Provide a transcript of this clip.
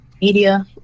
media